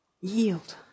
yield